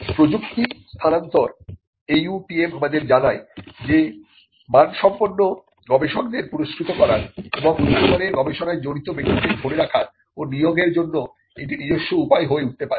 প্রযুক্তি স্থানান্তর AUTM আমাদের জানায় যে মানসম্পন্ন গবেষকদের পুরস্কৃত করার এবং উচ্চমানের গবেষণায় জড়িত ব্যক্তিদের ধরে রাখার ও নিয়োগেরও জন্য এটি নিজস্ব উপায় হয়ে উঠতে পারে